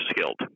skilled